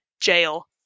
jail